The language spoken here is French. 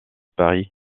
paris